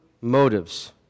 motives